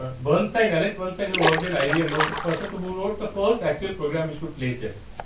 ah bernstein alex once and who work then ibm was the person to who wrote the first actual program, which could play chess.